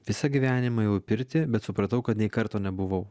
visą gyvenimą ėjau pirtį bet supratau kad nei karto nebuvau